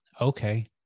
okay